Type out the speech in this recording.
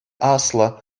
аслӑ